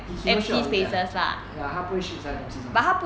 he suppose shit every time ya 它不会 shit 在东西上面